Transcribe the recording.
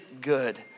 good